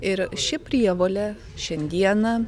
ir ši prievolė šiandieną